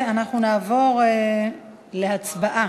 אנחנו נעבור להצבעה.